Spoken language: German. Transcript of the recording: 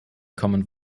common